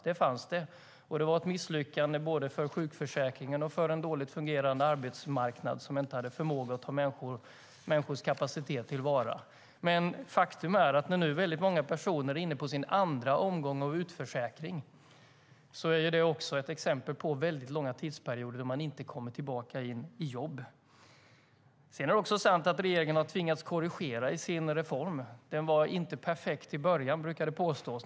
Det fanns det. Det var ett misslyckande både för sjukförsäkringen och för en dåligt fungerande arbetsmarknad som inte hade förmåga att ta människors kapacitet till vara. Men faktum är att det när många personer nu är inne på sin andra omgång av utförsäkring också är ett exempel på långa tidsperioder då de inte kommer tillbaka i jobb. Det är också sant att regeringen har tvingats korrigera i sin reform. Den var inte perfekt i början, brukar det påstås.